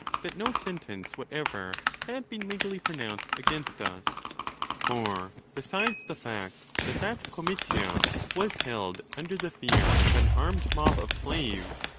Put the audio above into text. that no sentence whatever had been legally pro nounced against us for, besides the fact that that comitia was held under the fear of an armed mob of slaves,